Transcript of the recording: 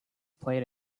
played